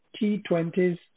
T20s